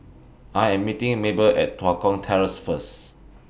I Am meeting Mabel At Tua Kong Terrace First